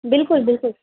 बिल्कुलु बिल्कुलु